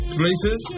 places